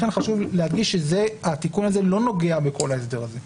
לכן חשוב להדגיש שהתיקון הזה לא נוגע בכל ההסדר הזה.